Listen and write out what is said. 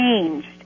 changed